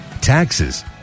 taxes